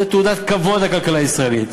זה תעודת כבוד לכלכלה הישראלית.